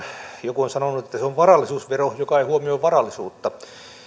joku on sanonut että se on varallisuusvero joka ei huomioi varallisuutta